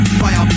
fire